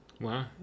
Wow